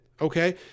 okay